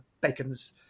Bacon's